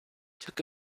took